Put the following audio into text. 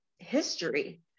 history